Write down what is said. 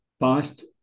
past